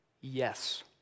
Yes